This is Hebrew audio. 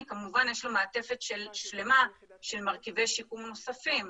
כמובן יש לו מעטפת שלמה של מרכיבי שיקום נוספים.